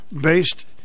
based